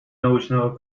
научного